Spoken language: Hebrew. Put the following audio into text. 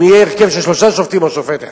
יהיה הרכב של שלושה שופטים או שופט אחד.